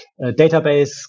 database